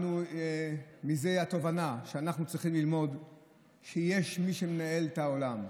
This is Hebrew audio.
מזה התובנה שאנחנו צריכים ללמוד שיש מי שמנהל את העולם,